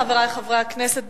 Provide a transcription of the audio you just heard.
חברי חברי הכנסת,